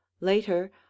Later